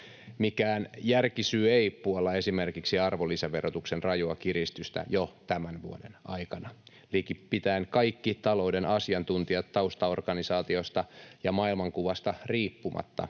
Mikään järkisyy ei puolla esimerkiksi arvonlisäverotuksen rajua kiristystä jo tämän vuoden aikana. Likipitäen kaikki talouden asiantuntijat taustaorganisaatiosta ja maailmankuvasta riippumatta